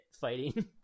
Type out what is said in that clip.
fighting